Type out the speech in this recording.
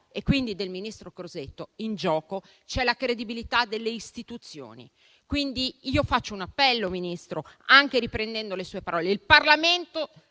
e quindi del ministro Crosetto, c'è la credibilità delle istituzioni. Faccio un appello, signor Ministro, anche riprendendo le sue parole: il Parlamento